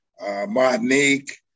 Martinique